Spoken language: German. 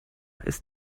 ist